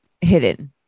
hidden